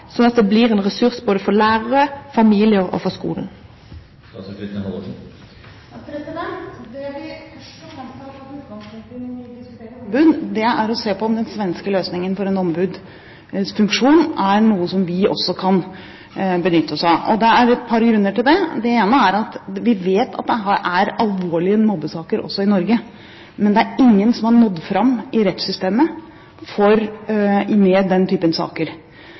at det blir en ressurs for lærere, familie og for skolen? Det vi først og fremst har tatt utgangspunkt i når vi diskuterer ombud, er om den svenske løsningen for en ombudsfunksjon er noe som vi også kan benytte oss av. Det er et par grunner til det. Den ene er at vi vet at det er alvorlige mobbesaker også i Norge, men det er ingen som har nådd fram i rettssystemet med denne typen saker. Jeg ønsker selvfølgelig ikke mange av denne typen saker,